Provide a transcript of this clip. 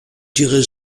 direz